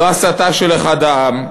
לא הסתה של אחד העם,